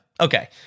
Okay